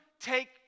take